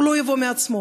הוא לא יבוא מעצמו,